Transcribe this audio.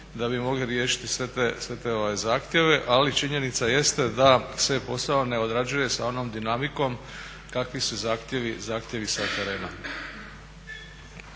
da bi mogli riješiti sve te zahtjeve. Ali činjenica jeste da se posao ne odrađuje sa onom dinamikom kakvi su zahtjevi sa terena.